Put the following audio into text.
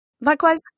Likewise